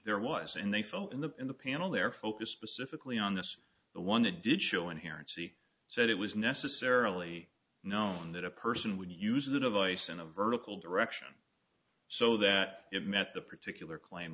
there was and they felt in the in the panel their focus specifically on this one it did show inherence he said it was necessarily known that a person would use the device in a vertical direction so that it met the particular claim